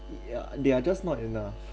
yeah they are just not enough